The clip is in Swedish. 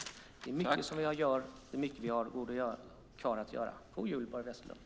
Det är mycket vi gör, och det är mycket vi borde klara att göra. God jul, Börje Vestlund!